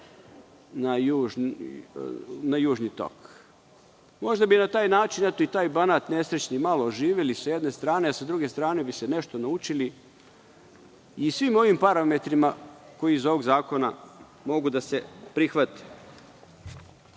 na Južni tok. Možda bi na taj način i taj Banat, nesrećni, malo oživeli sa jedne strane, a sa druge strane bi nešto naučili i svim ovim parametrima koji iz ovog zakona mogu da se prihvate. Mi